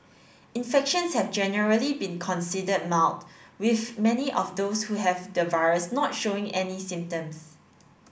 infections have generally been considered mild with many of those who have the virus not showing any symptoms